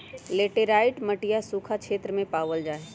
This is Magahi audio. लेटराइट मटिया सूखा क्षेत्र में पावल जाहई